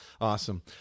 awesome